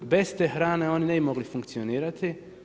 Bez te hrane oni ne bi mogli funkcionirati.